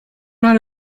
not